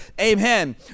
Amen